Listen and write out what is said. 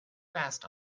fast